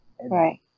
Right